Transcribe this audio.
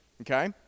Okay